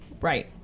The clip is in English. Right